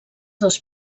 dos